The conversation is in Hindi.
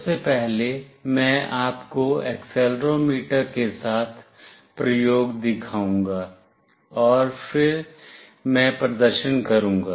सबसे पहले मैं आपको एक्सेलेरोमीटर के साथ प्रयोग दिखाऊंगा और फिर मैं प्रदर्शन करूंगा